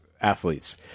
athletes